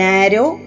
Narrow